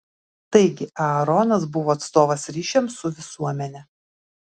taigi aaronas buvo atstovas ryšiams su visuomene